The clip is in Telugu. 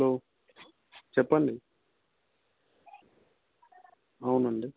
హలో చెప్పండి అవునండి